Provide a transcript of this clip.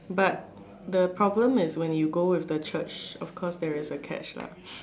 but the problem is when you go with the Church of course there is a catch